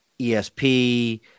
ESP